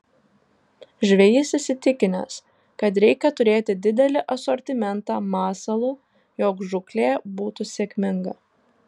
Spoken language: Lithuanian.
žvejys įsitikinęs kad reikia turėti didelį asortimentą masalų jog žūklė būtų sėkminga